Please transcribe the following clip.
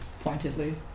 pointedly